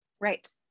Right